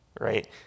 right